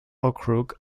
okrug